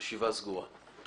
הישיבה סגורה.